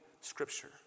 scripture